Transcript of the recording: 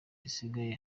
zisigaye